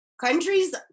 Countries